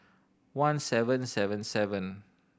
one seven seven seven